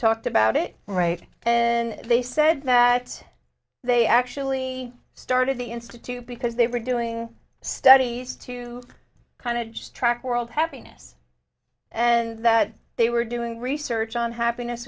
talked about it right and they said that they actually started the institute because they were doing studies to kind of track world happiness and that they were doing research on happiness